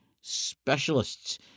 specialists